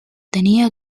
tenía